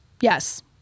yes